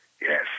yes